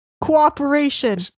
cooperation